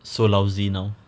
so lousy now